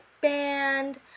band